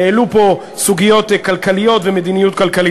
העלו פה סוגיות כלכליות ומדיניות כלכלית,